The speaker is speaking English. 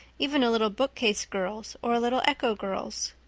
even a little bookcase girl's or a little echo girl's.